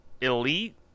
elite